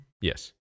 yes